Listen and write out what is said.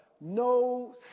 No